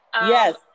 Yes